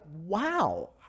wow